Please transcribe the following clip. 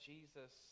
Jesus